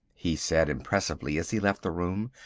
he said impressively as he left the room,